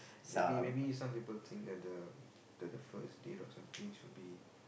maybe maybe some people think that the the the first date or something should be